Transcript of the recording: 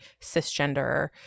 cisgender